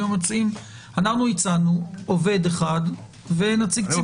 המציעים - אנחנו הצענו עובד אחד ונציג ציבור.